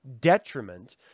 detriment